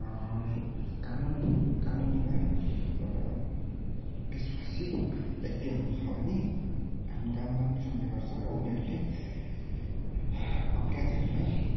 कानुन कानुनीमा एउटा विश्वासी व्यक्तिहरू छ भने आफ्नो काम राम्रोसँगले गर्छ र उनीहरूले अपराधीहरूलाई